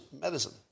medicine